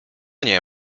nie